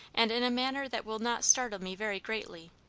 and in a manner that will not startle me very greatly,